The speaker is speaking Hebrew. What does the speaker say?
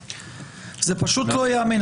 זה פשוט לא ייאמן.